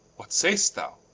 what say'st thou?